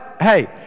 Hey